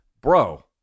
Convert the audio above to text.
bro